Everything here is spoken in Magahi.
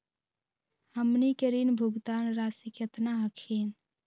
हमनी के ऋण भुगतान रासी केतना हखिन?